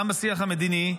גם השיח המדיני,